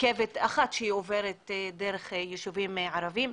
רכבת אחת שעוברת דרך ישובים ערבים.